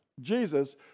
Jesus